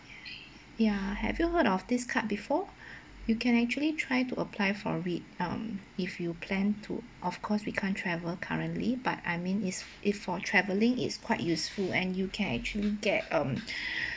ya have you heard of this card before you can actually try to apply for it um if you plan to of course we can't travel currently but I mean is if for travelling it's quite useful and you can actually get um